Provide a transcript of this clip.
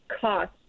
cost